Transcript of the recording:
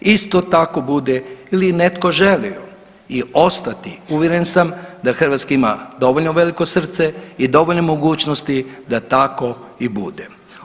Isto tako bude li netko želio i ostati uvjeren sam da Hrvatska ima dovoljno veliko srce i dovoljne mogućnosti da tako i bude.